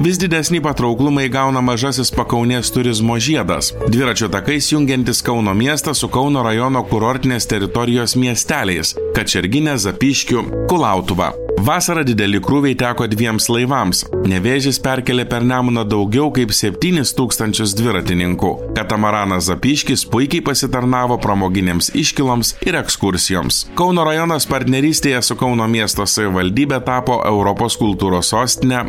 vis didesnį patrauklumą įgauna mažasis pakaunės turizmo žiedas dviračių takais jungiantis kauno miestą su kauno rajono kurortinės teritorijos miesteliais kačergine zapyškiu kulautuva vasarą dideli krūviai teko dviems laivams nevėžis perkėlė per nemuną daugiau kaip septynis tūkstančius dviratininkų katamaranas zapyškis puikiai pasitarnavo pramoginėms iškyloms ir ekskursijoms kauno rajonas partnerystėje su kauno miesto savivaldybe tapo europos kultūros sostine